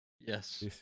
yes